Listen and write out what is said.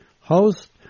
host